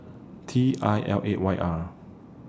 T I L eight Y R